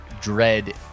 dread